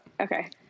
Okay